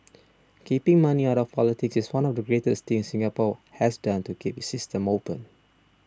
keeping money out of politics is one of the greatest things Singapore has done to keep its system open